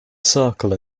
circle